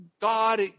God